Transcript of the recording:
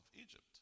Egypt